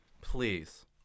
please